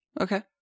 Okay